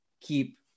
keep